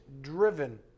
driven